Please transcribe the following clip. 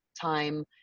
time